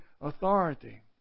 authority